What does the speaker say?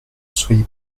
soyez